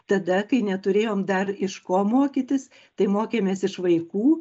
tada kai neturėjom dar iš ko mokytis tai mokėmės iš vaikų